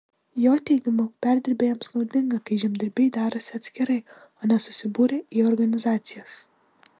jo teigimu perdirbėjams naudinga kai žemdirbiai derasi atskirai o ne susibūrę į organizacijas